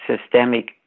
systemic